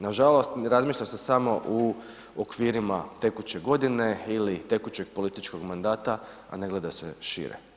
Nažalost razmišlja se samo u okvirima tekuće godine ili tekućeg političkog mandata a ne gleda se šire.